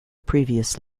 previous